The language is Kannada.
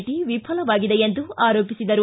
ಟಿ ವಿಫಲವಾಗಿದೆ ಎಂದು ಆರೋಪಿಸಿದರು